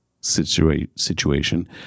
situation